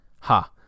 ha